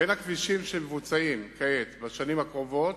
בין הכבישים שמבוצעים כעת, בשנים הקרובות,